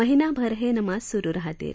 महिनाभर हे नमाज सुरु राहतील